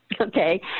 Okay